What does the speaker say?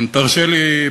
אם תרשה לי,